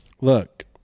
Look